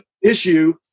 issue